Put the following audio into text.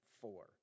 four